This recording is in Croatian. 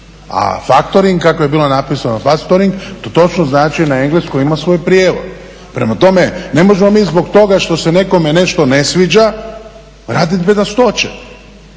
A faktoring kako je bilo napisano factoring to točno znači na engleskom i ima svoj prijevod. Prema tome, ne možemo mi zbog toga što se nekome nešto ne sviđa raditi bedastoće.